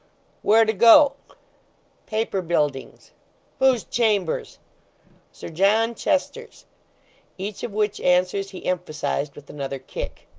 where to go paper buildings whose chambers sir john chester's each of which answers, he emphasised with another kick.